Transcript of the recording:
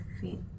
feet